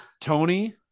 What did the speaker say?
Tony